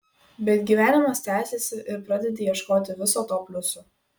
bet gyvenimas tęsiasi ir pradedi ieškoti viso to pliusų